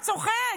אתה צוחק?